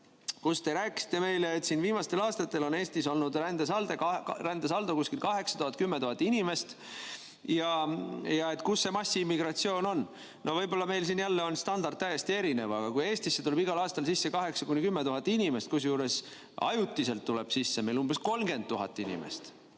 kus te rääkisite meile, et viimastel aastatel on Eestis olnud rändesaldo 8000 – 10 000 inimest ja kus see massiimmigratsioon on. Võib-olla meil siin jälle on standard täiesti erinev, aga kui Eestisse tuleb igal aastal sisse 8000 – 10 000 inimest, kusjuures ajutiselt tuleb sisse meil umbes 30 000 inimest